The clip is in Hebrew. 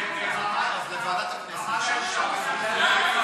אז לוועדת הכנסת, לא,